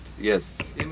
yes